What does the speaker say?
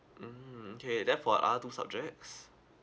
mm okay then for the other two subjects